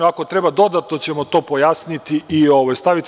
Ako treba, dodatno ćemo to pojasniti i staviti.